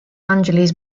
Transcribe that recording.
angeles